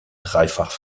dreifach